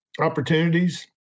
opportunities